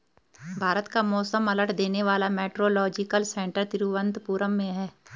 भारत का मौसम अलर्ट देने वाला मेट्रोलॉजिकल सेंटर तिरुवंतपुरम में है